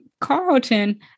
Carlton